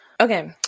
Okay